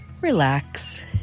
relax